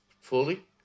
fully